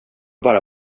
bara